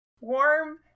warm